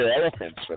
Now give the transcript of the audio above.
elephants